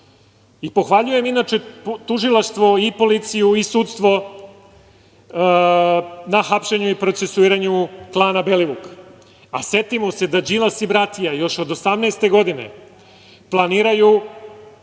izbora. Pohvaljujem, inače, tužilaštvo, policiju i sudstvo na hapšenju i procesuiranju klana Belivuk. Setimo se da Đilas i bratija još od 2018. godine planiraju